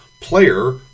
player